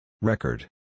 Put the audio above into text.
Record